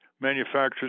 Manufacturers